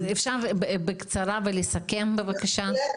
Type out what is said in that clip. אפשר רק בקצרה ולסכם בבקשה?